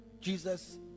Jesus